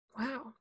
Wow